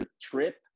trip